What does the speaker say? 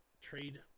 trade